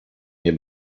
nie